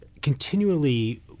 continually